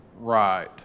Right